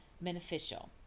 beneficial